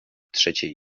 trzeciej